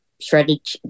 Shredded